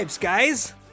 guys